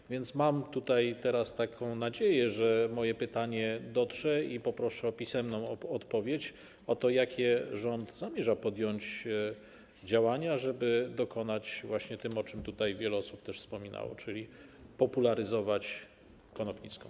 Mam więc teraz taką nadzieję, że moje pytanie dotrze, i poproszę o pisemną odpowiedź, jakie rząd zamierza podjąć działania, żeby dokonać właśnie tego, o czym tutaj wiele osób też wspominało, czyli popularyzować Konopnicką.